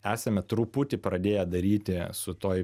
esame truputį pradėję daryti su toj